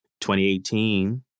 2018